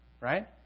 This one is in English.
Right